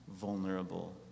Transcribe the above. vulnerable